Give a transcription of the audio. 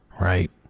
Right